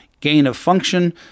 gain-of-function